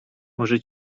może